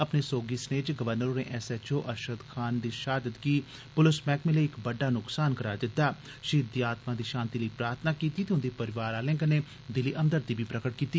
अपने सोगी सनेह् च गवर्नर होरें एसएचओ अरशद खान दी शहादत गी पुलस मैह्कमे लेई इक बड्डा नुक्सान करार दित्ता शहीद दी आत्मा दी शांति लेई प्रार्थना कीती ते उंदे परिवार आलें कन्नै दिली हमदर्दी प्रगट कीती